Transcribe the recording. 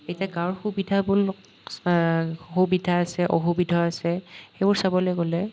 এতিয়া গাঁৱৰ সুবিধাবোৰ সুবিধা আছে অসুবিধাও আছে সেইবোৰ চাবলৈ গ'লে